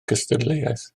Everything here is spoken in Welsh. gystadleuaeth